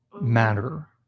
matter